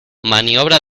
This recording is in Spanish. maniobra